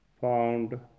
found